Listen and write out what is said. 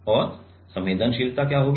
और संवेदनशीलता क्या होगी